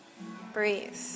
Breathe